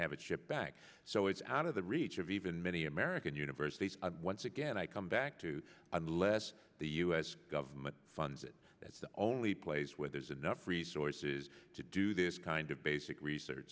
have it shipped back so it's out of the reach of even many american universities once again i come back to unless the u s government funds it that's the only place where there's enough resources to do this kind of basic research